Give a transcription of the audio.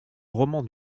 roman